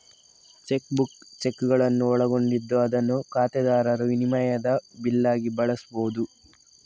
check book ಚೆಕ್ಕುಗಳನ್ನು ಒಳಗೊಂಡಿದ್ದು ಅದನ್ನು ಖಾತೆದಾರರು ವಿನಿಮಯದ ಬಿಲ್ ಆಗಿ ಬಳಸ್ಬಹುದು